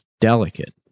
delicate